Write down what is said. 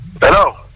hello